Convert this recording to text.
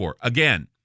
Again